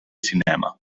cinema